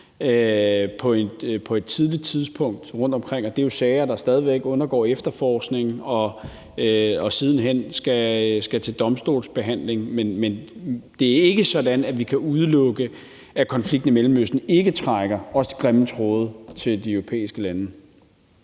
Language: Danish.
på et tidligt tidspunkt, og at det jo er sager, der stadig væk undergår en efterforskning, og som siden hen skal til domstolsbehandling. Men det er ikke sådan, at vi kan udelukke, at konflikten i Mellemøsten ikke også trækker grimme tråde til de europæiske lande.